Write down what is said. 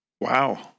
Wow